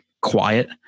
quiet